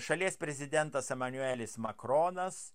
šalies prezidentas emanuelis makronas